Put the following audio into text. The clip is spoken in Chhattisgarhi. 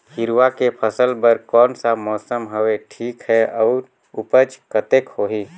हिरवा के फसल बर कोन सा मौसम हवे ठीक हे अउर ऊपज कतेक होही?